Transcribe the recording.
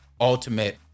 ultimate